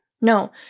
No